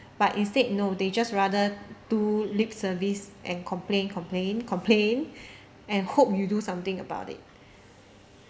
but instead no they just rather do lip service and complain complain complain and hope you do something about it